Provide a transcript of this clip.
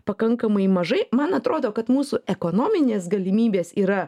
pakankamai mažai man atrodo kad mūsų ekonominės galimybės yra